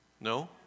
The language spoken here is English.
No